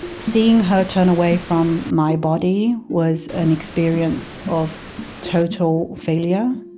seeing her turn away from my body was an experience of total failure.